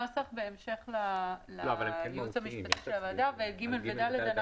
ל-(ג) ו-(ד).